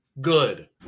good